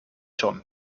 schon